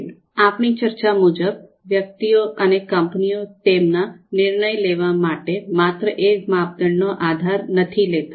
આપણી ચર્ચા મુજબ વ્યક્તિઓ અને કંપનીઓ તેમના નિર્ણય લેવા માટે માત્ર એક માપદંડ નો આધાર નથી લેતા